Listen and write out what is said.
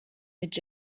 mit